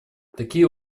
такие